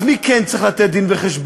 אז מי כן צריך לתת דין-וחשבון?